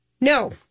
no